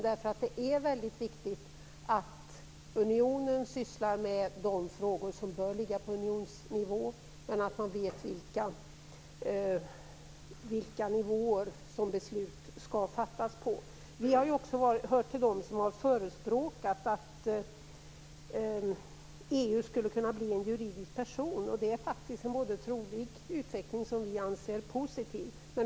Det är viktigare att unionen sysslar med de frågor som bör ligga på unionsnivå än att man exakt vet på vilka nivåer som beslut skall fattas. Vi har vidare hört till dem som har förespråkat att EU skulle kunna bli en juridisk person. Det är faktiskt en trolig utveckling, som vi anser vara positiv.